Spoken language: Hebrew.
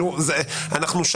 יש